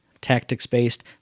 tactics-based